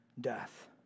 death